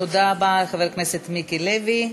תודה רבה לחבר הכנסת מיקי לוי.